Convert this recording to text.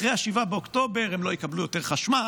אחרי 7 באוקטובר הם לא יקבלו יותר חשמל